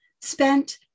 spent